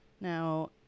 Now